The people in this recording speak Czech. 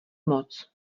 moc